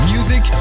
Music